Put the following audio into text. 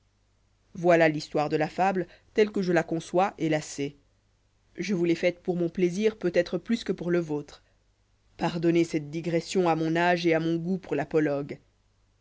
voilà thistoire de la fable telle que je la conçois et la sais je vous l'ai faite pour mon plaisir peut-être plus que pour le yôtre pardonnez cette digression à mon âge et à mon goût pour l'apologue